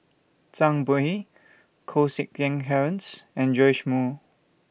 Zhang Bohe Koh Seng Kiat Terence and Joash Moo